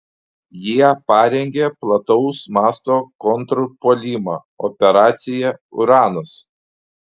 jie parengė plataus masto kontrpuolimą operaciją uranas